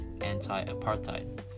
anti-apartheid